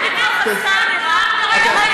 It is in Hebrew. מה עם פיקוח על שכר דירה?